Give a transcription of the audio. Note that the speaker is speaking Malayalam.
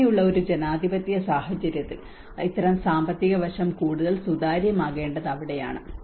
അങ്ങനെയുള്ള ഒരു ജനാധിപത്യ സാഹചര്യത്തിൽ ഇത്തരം സാമ്പത്തിക വശം കൂടുതൽ സുതാര്യമാകേണ്ടത് അവിടെയാണ്